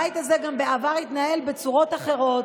הבית הזה התנהל בעבר גם בצורות אחרות.